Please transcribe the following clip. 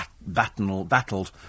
battled